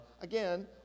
Again